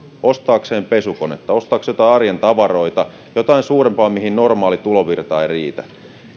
ostaakseen pesukonetta ostaakseen joitain arjen tavaroita jotain suurempaa mihin normaali tulovirta ei riitä